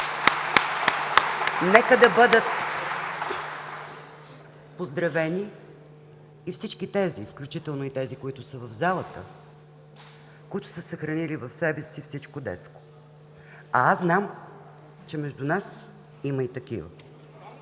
Нека да бъдат поздравени всички, включително и тези в залата, които са съхранили в себе си всичко детско. А аз знам, че между нас има и такива.